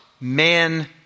man